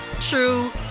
true